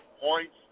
points